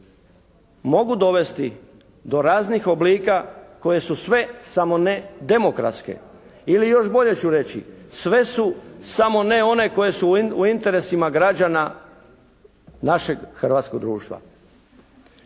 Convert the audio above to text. mogu dovesti do raznih oblika koje su sve samo ne demokratske. Ili još bolje ću reći. Sve su samo ne one koje su u interesima građana našeg hrvatskog društva.